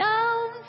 Down